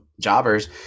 jobbers